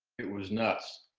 it was nuts.